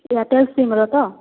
Airtel ସିମ୍ର ତ